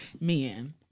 men